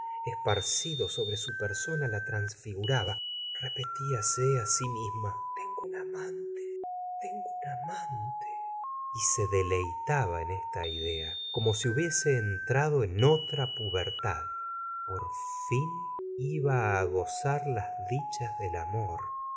esparcido sobre su persona la transfiguraba repetíase sí misma tego un amante tengo un amante y se deleitaba en esta idea como si hubiese entrado en otra pubertad por fin iba á gozar las dichas del amor